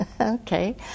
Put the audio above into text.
Okay